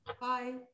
Bye